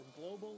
global